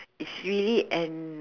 it's really an